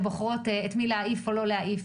שבוחרות את מי להעיף או לא להעיף.